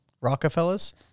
Rockefellers